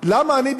למה אני,